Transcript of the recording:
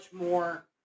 more